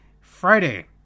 Friday